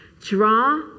draw